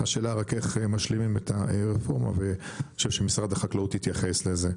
השאלה רק איך משלימים את הרפורמה ואני חושב שמשרד החקלאות התייחס לזה.